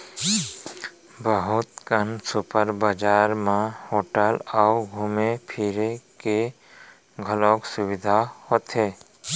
बहुत कन सुपर बजार म होटल अउ घूमे फिरे के घलौक सुबिधा होथे